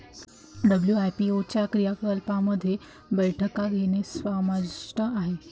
WIPO च्या क्रियाकलापांमध्ये बैठका घेणे समाविष्ट आहे